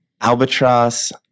Albatross